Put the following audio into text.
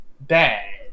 bad